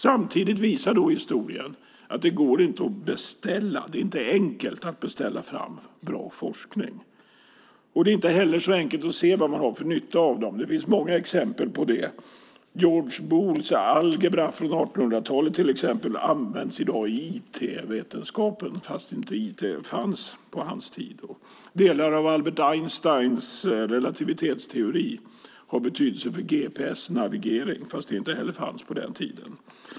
Samtidigt visar historien att det inte är enkelt att beställa fram bra forskning. Det är inte heller så enkelt att se vad man har för nytta av den. Det finns många exempel på det. Georges Booles algebra från 1800-talet används till exempel i dag i IT-vetenskapen fast IT inte fanns på hans tid. Delar av Albert Einsteins relativitetsteori har betydelse för GPS-navigering fast det inte heller fanns på den tiden.